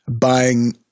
buying